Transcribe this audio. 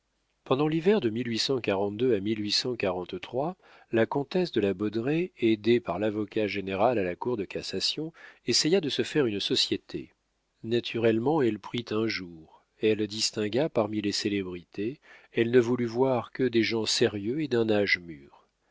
pendant l'hiver de à la comtesse de la baudraye aidée par lavocat général à la cour de cassation essaya de se faire une société naturellement elle prit un jour elle distingua parmi les célébrités elle ne voulut voir que des gens sérieux et d'un âge mûr